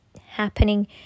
happening